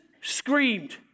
screamed